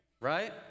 right